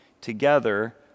together